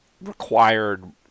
required